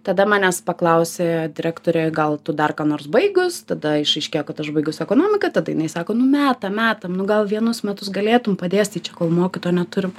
tada manęs paklausė direktorė gal tu dar ką nors baigus tada išaiškėjo kad aš baigus ekonomiką tada jinai sako nu metam me nu gal vienus metus galėtum padėstyt čia kol mokytojo neturim